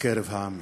בקרב העמים.